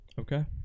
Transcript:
Okay